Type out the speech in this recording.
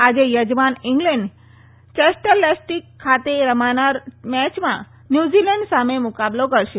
આજે યજમાન England Chester le Street ખાતે રમાનાર મેચમાં ન્યૂઝીલેન્ડ સામે મુકાબલો કરશે